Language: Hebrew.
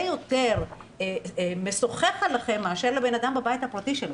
יותר מסוכך עליכם מאשר על אדם בבית הפרטי שלו.